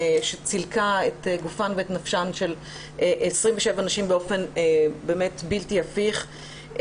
שצילקה את גופן ונפשן של 27 נשים באופן בלתי הפיך.